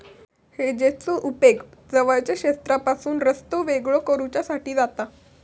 हेजेसचो उपेग जवळच्या क्षेत्रापासून रस्तो वेगळो करुच्यासाठी जाता